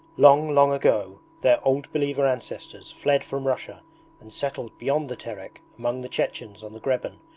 long long ago their old believer ancestors fled from russia and settled beyond the terek among the chechens on the greben,